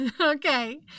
okay